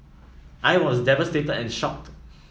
I was devastated and shocked